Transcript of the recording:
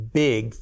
big